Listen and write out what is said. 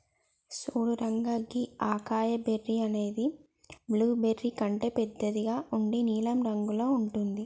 సూడు రంగా గీ acai berry అనేది బ్లూబెర్రీ కంటే బెద్దగా ఉండి నీలం రంగులో ఉంటుంది